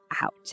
out